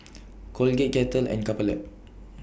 Colgate Kettle and Couple Lab